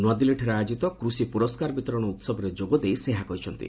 ନୂଆଦିଲ୍ଲୀଠାରେ ଆୟୋଜିତ କୃଷି ପୁରସ୍କାର ବିତରଣ ଉହବରେ ଯୋଗଦେଇ ସେ ଏହା କହିଛନ୍ତି